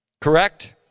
correct